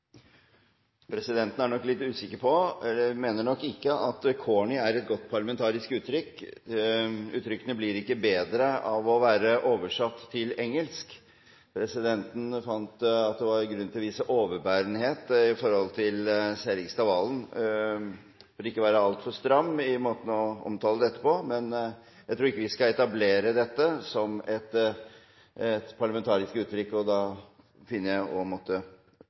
Presidenten mener nok ikke at «corny» er et godt parlamentarisk uttrykk. Uttrykkene blir ikke bedre av å være oversatt til engelsk. Presidenten fant at det var grunn til å vise overbærenhet overfor Serigstad Valen for ikke å være altfor stram i måten å omtale dette på, men jeg tror ikke vi skal etablere dette som et parlamentarisk uttrykk. Da finner jeg å måtte